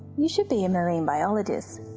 you should be a marine biologist.